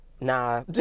Nah